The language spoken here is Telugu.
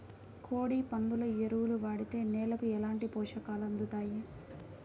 కోడి, పందుల ఎరువు వాడితే నేలకు ఎలాంటి పోషకాలు అందుతాయి